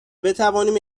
بتوانیم